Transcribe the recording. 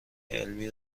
علمی